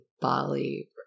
Bali